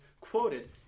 quoted